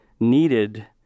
needed